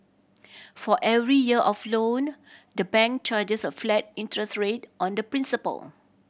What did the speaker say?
for every year of loan the bank charges a flat interest rate on the principal